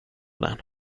den